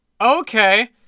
okay